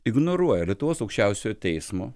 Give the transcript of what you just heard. ignoruoja lietuvos aukščiausiojo teismo